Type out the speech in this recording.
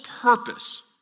purpose